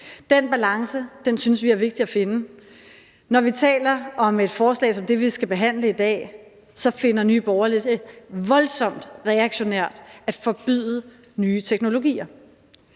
Den balance synes vi er vigtig at finde. Når vi taler om et forslag som det, vi skal behandle i dag, finder Nye Borgerlige det voldsomt reaktionært at forbyde nye teknologier.